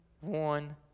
one